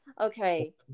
okay